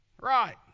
Right